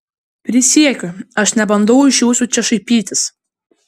prisiekiu aš nebandau iš jūsų čia šaipytis